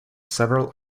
several